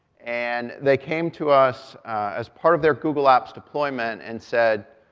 and they came to us as part of their google apps deployment and said,